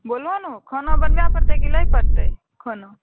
बोलो ने हो खाना बनबै परते कि लै परते खाना